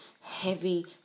heavy